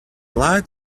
light